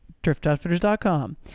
Driftoutfitters.com